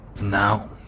Now